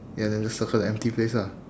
ya then just circle the empty place lah